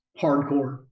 hardcore